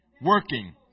working